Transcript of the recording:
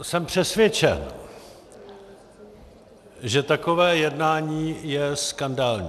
Jsem přesvědčen, že takové jednání je skandální.